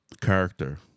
character